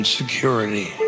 security